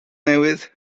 newydd